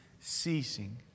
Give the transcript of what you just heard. ceasing